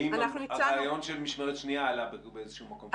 האם הרעיון של משמרת שנייה עלה באיזשהו מקום?